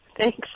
Thanks